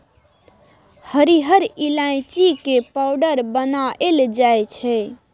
हरिहर ईलाइची के पाउडर बनाएल जाइ छै